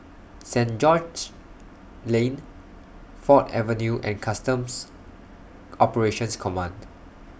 Saint George's Lane Ford Avenue and Customs Operations Command